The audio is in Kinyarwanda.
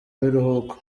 biruhuko